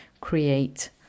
create